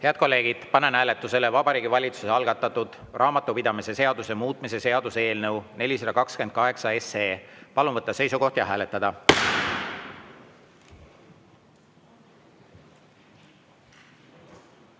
kolleegid, panen hääletusele Vabariigi Valitsuse algatatud raamatupidamise seaduse muutmise seaduse eelnõu 428. Palun võtta seisukoht ja hääletada!